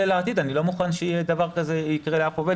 כדי לגבי העתיד כי אני לא מוכן שדבר כזה יקרה לעובדת.